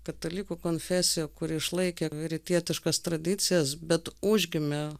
katalikų konfesija kuri išlaikė rytietiškas tradicijas bet užgimė